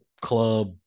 club